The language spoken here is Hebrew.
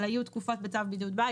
אבל היו תקופות בצו בידוד בית,